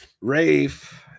Rafe